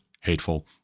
hateful